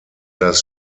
das